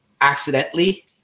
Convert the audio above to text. accidentally